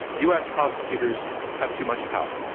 u. s. prosecutors have too much power.